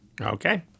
Okay